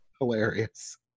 hilarious